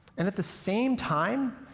and at the same time,